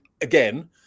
again